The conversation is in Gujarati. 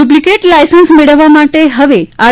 ડુપ્લીકેટ લાયસન્સ મેળવવા માટે હવે આર